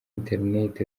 internet